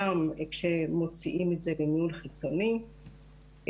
גם כשמוציאים את זה לניהול חיצוני והקרן